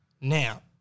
Now